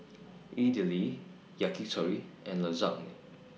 Idili Yakitori and Lasagne